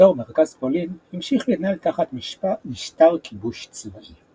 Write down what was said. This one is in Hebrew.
ואזור מרכז פולין המשיך להתנהל תחת משטר כיבוש צבאי.